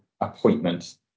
appointment